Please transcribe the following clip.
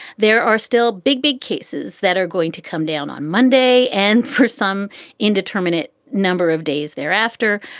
there are still big, big cases that are going to come down on monday and for some indeterminate number of days thereafter.